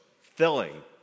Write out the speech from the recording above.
filling